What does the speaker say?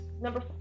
number